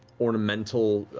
ornamental.